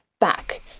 back